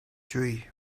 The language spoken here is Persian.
جویی